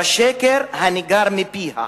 בשקר הניגר מפיה.